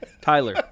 Tyler